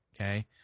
Okay